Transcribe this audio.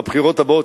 בבחירות הבאות,